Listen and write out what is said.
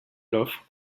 l’offre